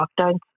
lockdowns